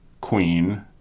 Queen